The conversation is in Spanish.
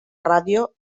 radio